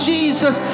Jesus